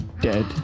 dead